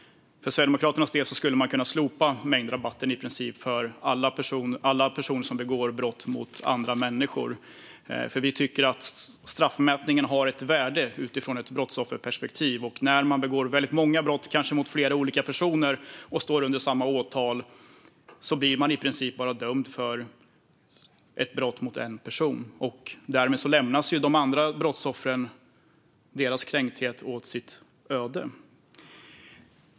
För Sverigedemokraternas del skulle man kunna slopa mängdrabatten för i princip alla brott som begås mot andra människor. Vi tycker att straffmätningen har ett värde utifrån ett brottsofferperspektiv. När man begår väldigt många brott, kanske mot flera olika personer, som står under samma åtal blir man i princip bara dömd för ett brott mot en person. Därmed lämnas de andra brottsoffren och deras kränkthet åt sitt öde.